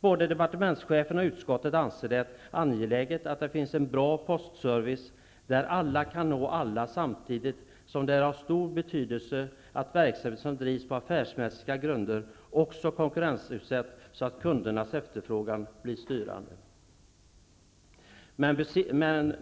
Både departementschefen och utskottet anser det angeläget att det finns en bra postservice där alla kan nå alla, samtidigt som det är av stor betydelse att verksamhet som drivs på affärsmässiga grunder också konkurrensutsätts så att kundernas efterfrågan blir styrande.